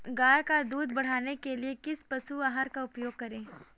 गाय का दूध बढ़ाने के लिए किस पशु आहार का उपयोग करें?